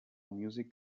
music